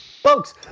Folks